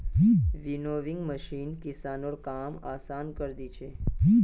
winnowing machine किसानेर काम आसान करे दिया छे